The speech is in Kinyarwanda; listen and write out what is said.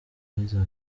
isaac